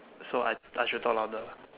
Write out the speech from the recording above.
so I I should talk louder lah